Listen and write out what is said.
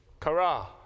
Kara